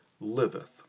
liveth